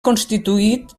constituït